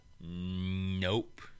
Nope